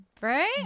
right